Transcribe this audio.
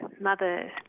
mother